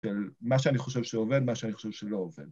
‫של מה שאני חושב שעובד, ‫מה שאני חושב שלא עובד.